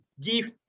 give